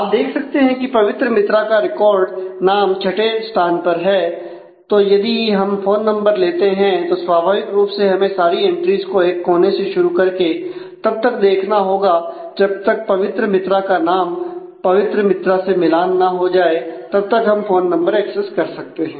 आप देख सकते हैं कि पवित्र मित्रा का रिकॉर्ड नाम छठे स्थान पर है तो यदि हम फोन नंबर लेते हैं तो स्वाभाविक रूप से हमें सारी एंट्रीज को एक कोने से शुरू करके तब तक देखना होगा जब तक पवित्र मित्रा का नाम पवित्र मित्रा से मिलान ना हो जाए तब हम फोन नंबर एक्सेस कर सकते हैं